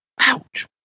Ouch